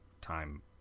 time